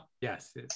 Yes